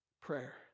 prayer